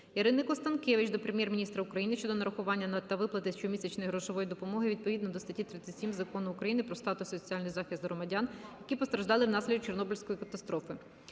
Ірини Констанкевич до Прем'єр-міністра України щодо нарахування та виплати щомісячної грошової допомоги відповідно до статті 37 Закону України "Про статус і соціальний захист громадян, які постраждали внаслідок Чорнобильської катастрофи".